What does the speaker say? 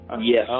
Yes